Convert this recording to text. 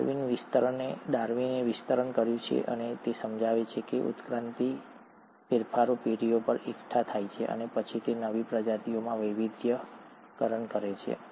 ડાર્વિને વિસ્તરણ કર્યું અને તે સમજાવે છે કે આ ઉત્ક્રાંતિ ફેરફારો પેઢીઓ પર એકઠા થાય છે અને પછી નવી પ્રજાતિઓમાં વૈવિધ્યીકરણ કરે છે